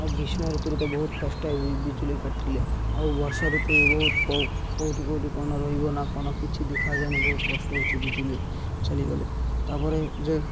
ଆଉ ଗ୍ରୀଷ୍ମ ଋତୁରେ ତ ବହୁତ କଷ୍ଟ ବିଜୁଳି କାଟିଲେ ଆଉ ବର୍ଷା ଋତୁ ବି ବହୁତ କେଉଁଠି କେଉଁଠି କ'ଣ ରହିବ ନା କ'ଣ କିଛି ଦେଖାଯାଉନି ବହୁତ କଷ୍ଟ ହଉଛି ବିଜୁଳି ଚାଲିଗଲେ ତା'ପରେ ଯେ